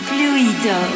Fluido